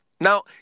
now